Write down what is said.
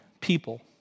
people